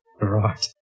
right